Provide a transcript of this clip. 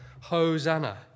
hosanna